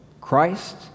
Christ